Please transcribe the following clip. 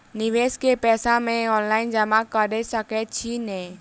निवेश केँ पैसा मे ऑनलाइन जमा कैर सकै छी नै?